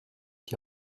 die